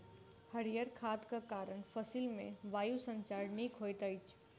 हरीयर खादक कारण फसिल मे वायु संचार नीक होइत अछि